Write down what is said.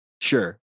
Sure